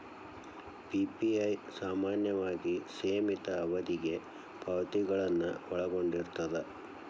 PPI ಸಾಮಾನ್ಯವಾಗಿ ಸೇಮಿತ ಅವಧಿಗೆ ಪಾವತಿಗಳನ್ನ ಒಳಗೊಂಡಿರ್ತದ